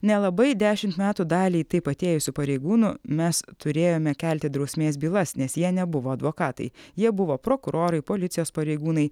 nelabai dešimt metų daliai taip atėjusių pareigūnų mes turėjome kelti drausmės bylas nes jie nebuvo advokatai jie buvo prokurorai policijos pareigūnai